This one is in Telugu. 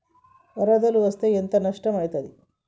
వరదలు వస్తే ఎంత నష్టం ఐతది?